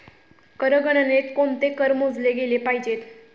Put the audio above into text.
कर गणनेत कोणते कर मोजले गेले पाहिजेत?